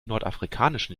nordafrikanischen